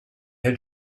had